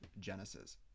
Genesis